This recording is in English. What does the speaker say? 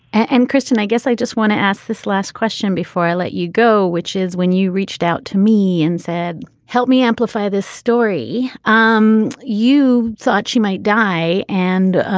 and kristen, i guess i just want to ask this last question before i let you go, which is when you reached out to me and said, help me amplify this story. um you thought she might die. and